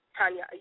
Tanya